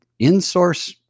insource